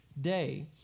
day